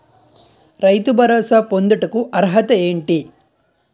రైతు భరోసా పొందుటకు అర్హత ఏంటి?